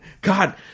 God